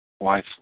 wife